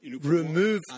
remove